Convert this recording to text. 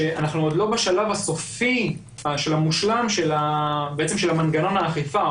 שאנחנו עוד לא בשלב הסופי המושלם של מנגנון האכיפה,